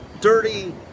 dirty